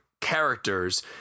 characters